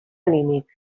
anímic